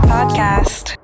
Podcast